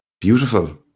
Beautiful